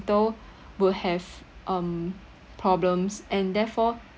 tal~ will have um problems and therefore